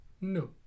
No